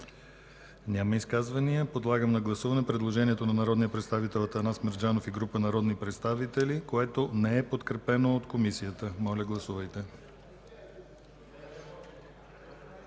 Няма. Подлагам на гласуване предложението на народния представител Атанас Мерджанов и група народни представители, което не е подкрепено от Комисията. Гласували